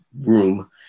room